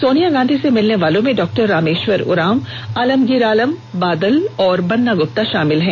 सोनिया गांधी से मिलने वालों में डॉक्टर रामेश्वर उरांव आलमगीर आलम बादल और बन्ना गुप्ता शामिल हैं